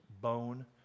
bone